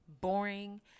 boring